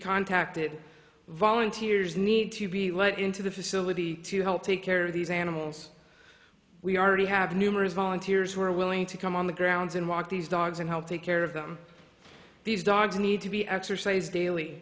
contacted volunteers need to be let into the facility to help take care of these animals we already have numerous volunteers who are willing to come on the grounds and walk these dogs and help take care of them these dogs need to be exercised daily